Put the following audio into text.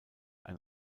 ein